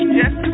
yes